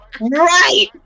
Right